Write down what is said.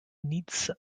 needs